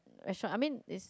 restaurant I mean is